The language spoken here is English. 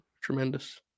Tremendous